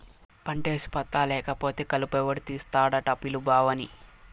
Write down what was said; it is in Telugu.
పంటేసి పత్తా లేకపోతే కలుపెవడు తీస్తాడట పిలు బావని